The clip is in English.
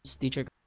teacher